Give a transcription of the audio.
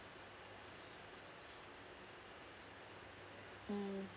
mm